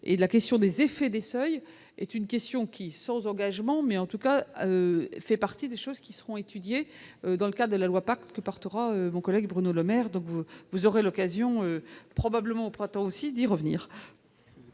et la question des effets des seuils, est une question qui, sans engagement, mais en tout cas fait partie des choses qui seront étudiées dans le cas de la loi pacte portera vos collègues Bruno Le Maire, donc vous, vous aurez l'occasion probablement au printemps aussi d'y revenir.